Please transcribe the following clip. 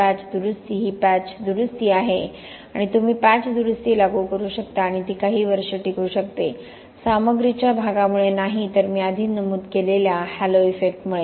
patch दुरुस्ती ही patch दुरुस्ती आहे आणि तुम्ही पॅच दुरुस्ती लागू करू शकता आणि ती काही वर्षे टिकू शकते सामग्रीच्या भागामुळे नाही तर मी आधी नमूद केलेल्या हॅलो इफेक्टमुळे